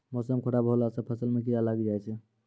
मौसम खराब हौला से फ़सल मे कीड़ा लागी जाय छै?